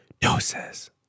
doses